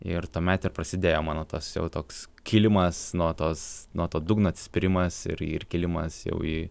ir tuomet ir prasidėjo mano tas jau toks kilimas nuo tos nuo to dugno atsispyrimas ir ir kilimas jau į